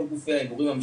כל גופי ההימורים,